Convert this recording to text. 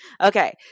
Okay